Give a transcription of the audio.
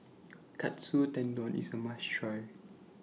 Katsu Tendon IS A must Try